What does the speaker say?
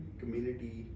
community